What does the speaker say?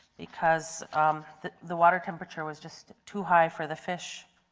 because um the the water temperature was just too high for the fish.